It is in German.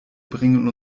bringen